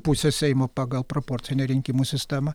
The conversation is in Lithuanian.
pusė seimo pagal proporcinę rinkimų sistemą